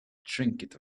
trinket